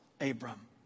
Abram